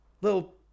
little